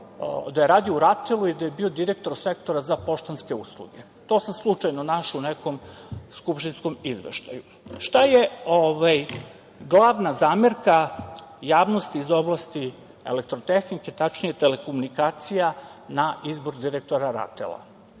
da je radio u RATEL-u i da je bio direktor Sektora za poštanske usluge. To sam slučajno našao u nekom skupštinskom izveštaju. Šta je glavna zamerka javnosti iz oblasti elektrotehnike, tačnije telekomunikacija, na izbor direktora RATEL-a?